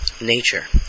nature